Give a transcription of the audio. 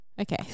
Okay